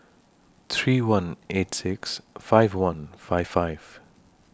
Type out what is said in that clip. three one eight six five one five five